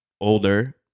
older